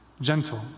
Gentle